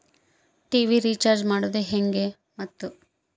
TV recharge ಮಾಡೋದು ಹೆಂಗ ಮತ್ತು?